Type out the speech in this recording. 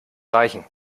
reichen